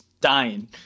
dying